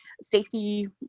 safety